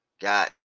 got